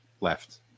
left